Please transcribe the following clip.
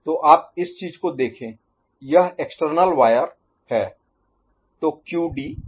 तो आप इस चीज को देखें यह एक्सटर्नल वायर External Wire बाहरी तार है